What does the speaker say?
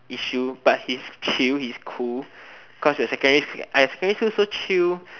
issue but he's chill he's cool cause you're secondary !aiya! secondary school so chill